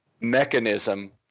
mechanism